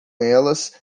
elas